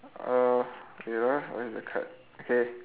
err wait ah where's the card K